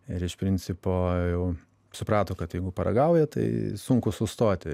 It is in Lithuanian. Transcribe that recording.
ir iš principo jau suprato kad jeigu paragauja tai sunku sustoti